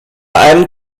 allem